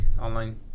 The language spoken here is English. online